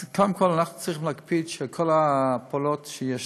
אז קודם כול אנחנו צריכים להקפיד שכל ההפלות שישנן,